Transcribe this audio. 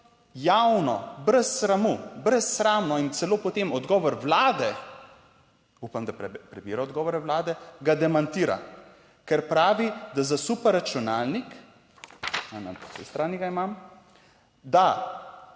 javno, brez sramu, brezsramno in celo potem odgovor Vlade upam, da prebira odgovore Vlade, ga demantira, ker pravi, da za super računalnik, na